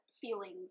feelings